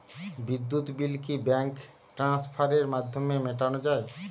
বিদ্যুৎ বিল কি ব্যাঙ্ক ট্রান্সফারের মাধ্যমে মেটানো য়ায়?